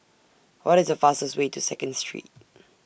What IS The fastest Way to Second Street